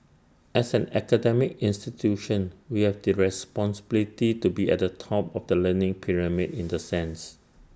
as an academic institution we have the responsibility to be at the top of the learning pyramid in the sense